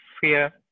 fear